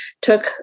took